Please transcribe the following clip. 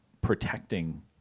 protecting